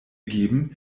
geben